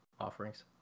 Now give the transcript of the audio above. offerings